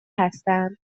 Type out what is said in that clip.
هستند